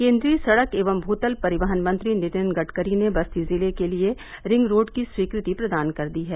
केन्द्रीय सड़क एवं भूतल परिवहन मंत्री नितिन गड़करी ने बस्ती जिले के लिए रिंग रोड की स्वीकृति प्रदान कर दी है